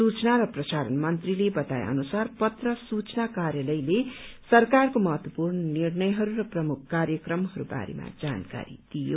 सूचना र प्रसारण मन्त्रीले बताए अनुसार पत्र सूचना कार्यालयले सरकारको महत्वपूर्ण निर्णयहरू र प्रमुख कार्यक्रमहरूको बारेमा जानकारी दियो